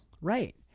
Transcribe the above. right